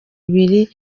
ibiri